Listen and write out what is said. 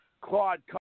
Claude